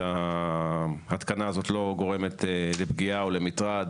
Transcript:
שההתקנה הזאת לא גורמת לפגיעה או למטרד